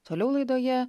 toliau laidoje